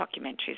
documentaries